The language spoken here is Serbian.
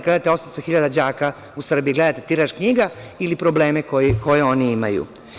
Gledate 800 hiljada đaka u Srbiji, gledate tiraž knjiga ili probleme koje oni imaju?